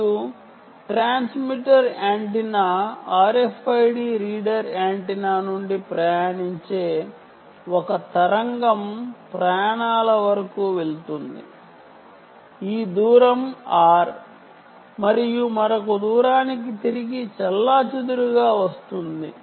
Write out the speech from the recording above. మరియు transmitter antenna RFID reader antenna నుండి ప్రయాణించే ఒక తరంగం ఈ దూరం r వరకు ప్రయాణిస్తుంది మరియు మరొక r దూరానికి తిరిగి చెల్లాచెదురుగా వస్తుంది